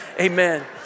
Amen